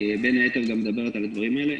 בין היתר, מדברת על הדברים האלה.